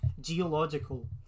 Geological